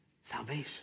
Salvation